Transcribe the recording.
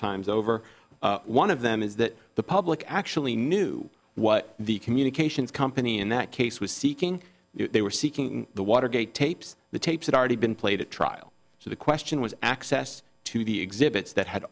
times over one of them is that the public actually knew what the communications company in that case was seeking they were seeking the watergate tapes the tapes that already been played at trial so the question was access to the exhibits that had